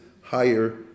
higher